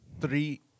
three